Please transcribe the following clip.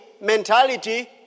mentality